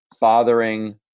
bothering